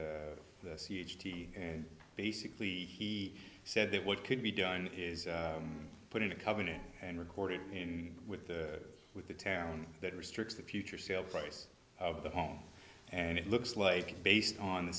d the c h p and basically he said that what could be done is put in a covenant and recorded in with the with the town that restricts the future sale price of the home and it looks like based on